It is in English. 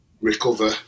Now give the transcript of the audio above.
recover